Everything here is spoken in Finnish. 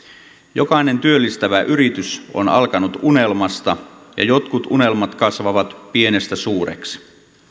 jokainen työllistävä yritys on alkanut unelmasta ja jotkut unelmat kasvavat pienistä suuriksi